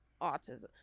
autism